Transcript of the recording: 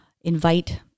invite